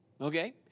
Okay